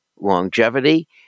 longevity